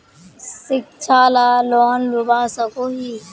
शिक्षा ला लोन लुबा सकोहो?